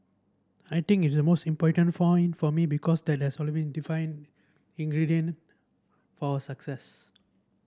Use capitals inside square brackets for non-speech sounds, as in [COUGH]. I think is the most important point for me because that has [UNINTELLIGIBLE] been defining ingredient for our success